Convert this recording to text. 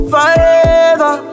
Forever